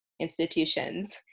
institutions